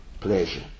pleasure